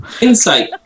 Insight